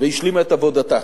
והשלימה את עבודתה